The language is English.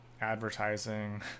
advertising